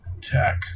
tech